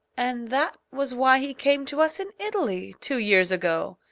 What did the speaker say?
and that was why he came to us in italy two years ago,